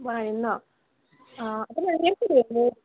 বনাই দিম ন আপুনি আহি আছে নেকি এইফালে